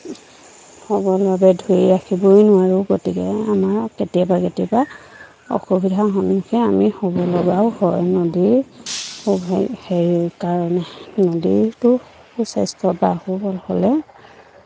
সবলভাৱে ধৰি ৰাখিবই নোৱাৰোঁ গতিকে আমাৰ কেতিয়াবা কেতিয়াবা অসুবিধাৰ সন্মুখীন আমি হ'ব লগাও হয় নদীৰ স সেই কাৰণে নদীটো সু স্বাস্থ্য বা সবল হ'লে